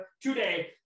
today